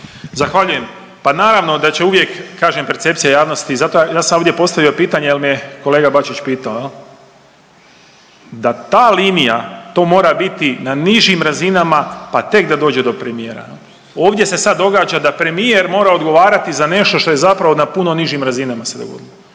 Zahvaljujem. Pa naravno da će uvijek kažem percepcija javnosti, zato ja sam ovdje postavio pitanje jel me kolega Bačić pitao jel da ta linija to mora biti na nižim razinama, pa tek da dođe do premijera jel. Ovdje se sad događa da premijer mora odgovarati za nešto što je zapravo na puno nižim razinama se dogodilo.